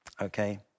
okay